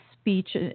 speech